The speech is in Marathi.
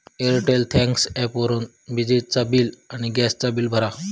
एअरटेल थँक्स ॲपवरून विजेचा बिल, गॅस चा बिल भरा